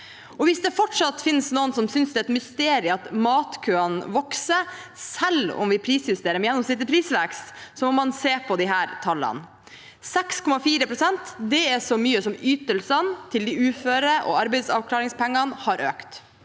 Hvis det fortsatt finnes noen som synes det er et mysterium at matkøene vokser selv om vi prisjusterer med gjennomsnittlig prisvekst, må man se på disse tallene: 6,4 pst. er så mye som ytelsene til uføre og arbeidsavklaringspengene har økt,